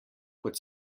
kot